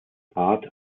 rat